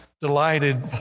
delighted